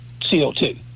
CO2